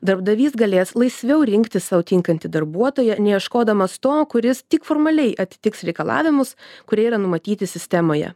darbdavys galės laisviau rinktis sau tinkantį darbuotoją neieškodamas to kuris tik formaliai atitiks reikalavimus kurie yra numatyti sistemoje